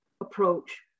approach